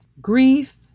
grief